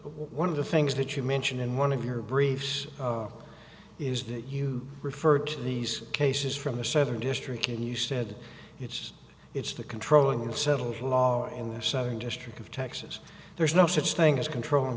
one of the things that you mentioned in one of your briefs is that you referred to these cases from the southern district and you said it's it's the controlling the settled law and the southern district of texas there is no such thing as controlling